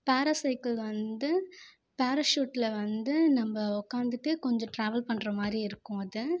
பேரா சைக்கிள் வந்து பேராஷூட்டில் வந்து நம்ம உட்காந்துட்டு கொஞ்சம் ட்ராவல் பண்ணுற மாதிரி இருக்கும் அது